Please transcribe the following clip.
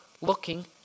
looking